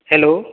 hello